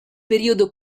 periodo